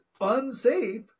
unsafe